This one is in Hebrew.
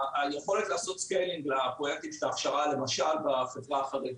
היכולת לעשות סקיילינג לפרויקטים של ההכשרה למשל בחברה החרדית.